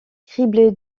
criblé